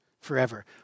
forever